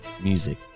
music